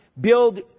build